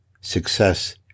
success